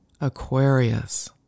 Aquarius